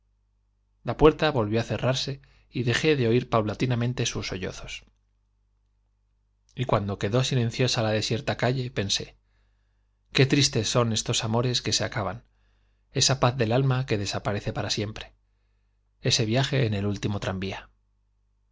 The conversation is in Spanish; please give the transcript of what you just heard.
la puerta volvió á cerrarse y dejé de oir paulati namente sus sollozos y cuando silenciosa la desierta calle pensé quedó j qué tristes son estos amores que se acaban esa paz del alma que desaparece para siempre ese viaje en el último tranvía